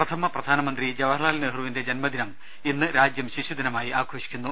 പ്രഥമ പ്രധാനമന്ത്രി ജവഹർലാൽ നെഹ്റുവിന്റെ ജന്മദിനം ഇന്ന് രാജ്യം ശിശുദിനമായി ആഘോഷിക്കുന്നു